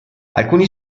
alcuni